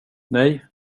nej